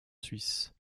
suisse